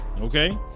okay